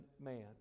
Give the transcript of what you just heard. man